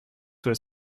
was